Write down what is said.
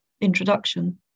introduction